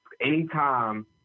Anytime